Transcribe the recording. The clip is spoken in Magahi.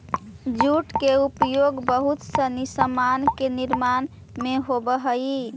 जूट के उपयोग बहुत सनी सामान के निर्माण में होवऽ हई